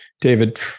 David